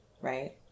right